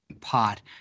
pot